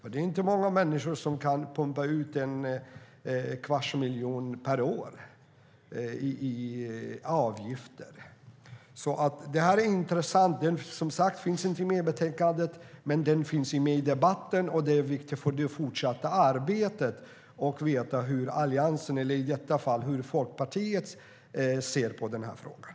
Det är inte många människor som kan pumpa in en kvarts miljon per år i avgifter. Det här är intressant. Frågan tas som sagt inte upp i betänkandet, men den finns med i debatten. Det är viktigt för det fortsatta arbetet att veta hur Alliansen eller i detta fall Folkpartiet ser på frågan.